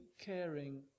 caring